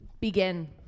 Begin